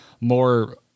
more